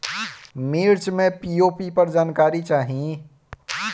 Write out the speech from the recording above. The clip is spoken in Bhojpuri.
मिर्च मे पी.ओ.पी पर जानकारी चाही?